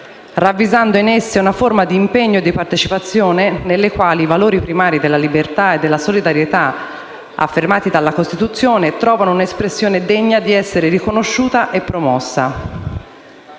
ravvisando in esse una forma di impegno e di partecipazione nelle quali i valori primari della libertà e della solidarietà, affermati dalla Costituzione, trovano un’espressione degna di essere riconosciuta e promossa.